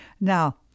now